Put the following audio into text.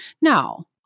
Now